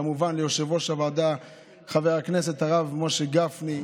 כמובן ליושב-ראש הוועדה חבר הכנסת הרב משה גפני,